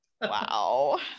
Wow